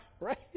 Right